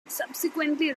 subsequently